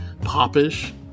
popish